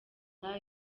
nda